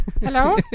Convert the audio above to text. Hello